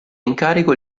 incarico